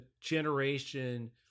generation